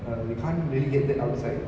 uh we can't really get that outside